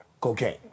cocaine